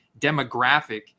demographic